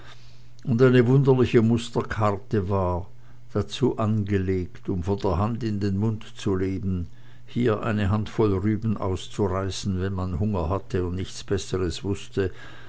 und eine wunderliche musterkarte war dazu angelegt um von der hand in den mund zu leben hier eine handvoll rüben auszureißen wenn man hunger hatte und nichts besseres wußte